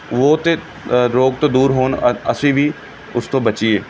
ਉਹ ਤਾਂ ਰੋਗ ਤੋਂ ਦੂਰ ਹੋਣ ਅ ਅਸੀਂ ਵੀ ਉਸਤੋਂ ਬਚੀਏ